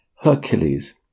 Hercules